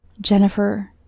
Jennifer